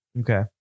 Okay